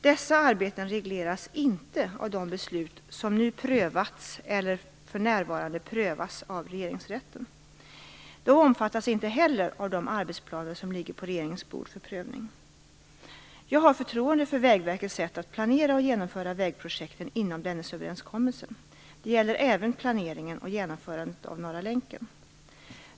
Dessa arbeten regleras inte av de beslut som nu prövats eller för närvarande prövas av Regeringsrätten. De omfattas inte heller av de arbetsplaner som ligger på regeringens bord för prövning. Jag har förtroende för Vägverkets sätt att planera och genomföra vägprojekten inom Dennisöverenskommelsen. Det gäller även planeringen och genomförandet av Norra länken.